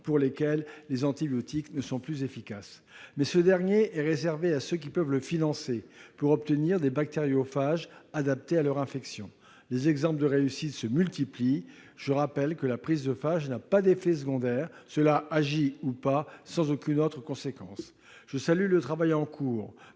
pour lesquels les antibiotiques ne sont plus efficaces. Toutefois, ce dernier est réservé à ceux qui peuvent le financer, pour obtenir des bactériophages adaptés à leur infection. Les exemples de réussite se multiplient ! Je rappelle que la prise de phages n'a pas d'effets secondaires : cela marche ou pas, sans aucune autre conséquence. Je salue le travail en cours